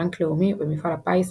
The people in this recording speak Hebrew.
בנק לאומי ומפעל הפיס,